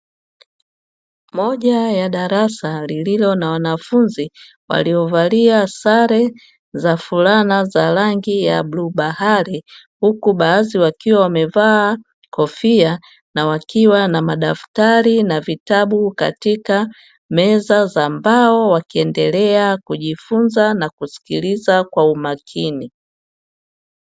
Moja ya darasa lililo na wanafunzi waliovalia sare za fulana za rangi ya bluu bahari, huku baadhi wakiwa wamevaa kofia na wakiwa na madaftari na vitabu katika meza za mbao wakiendelea kujifunza na kusikiliza kwa umakini.